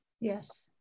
Yes